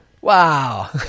Wow